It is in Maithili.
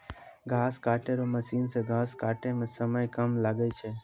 घास काटै रो मशीन से घास काटै मे समय कम लागै छै